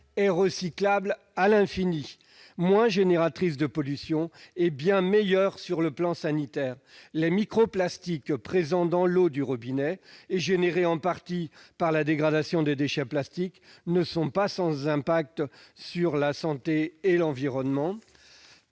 est recyclable à l'infini, moins génératrice de pollution et bien meilleure sur le plan sanitaire : les microplastiques présents dans l'eau du robinet, générés en partie par la dégradation des déchets plastiques, ne sont pas sans impact sur la santé et sur l'environnement.